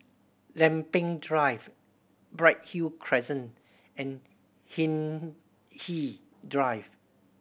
Lempeng Drive Bright Hill Crescent and Hindhede Drive